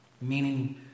Meaning